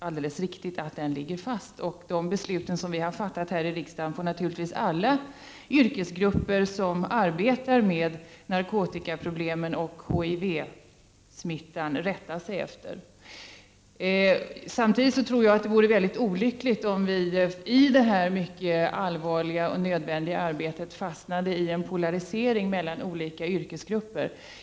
Alla de yrkesgrupper som arbetar med problemen med narkotika och HIV-smitta får naturligtvis rätta sig efter de beslut som vi har fattat i riksdagen. Samtidigt tror jag att det vore mycket olyckligt om vi i detta allvarliga och nödvändiga arbete fastnade i en polarisering mellan olika yrkesgrupper.